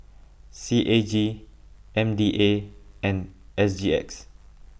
C A G M D A and S G X